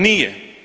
Nije.